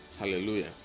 Hallelujah